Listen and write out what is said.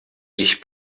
ich